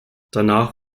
danach